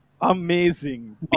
amazing